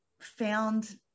found